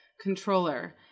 controller